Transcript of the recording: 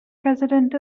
president